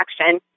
action